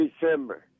December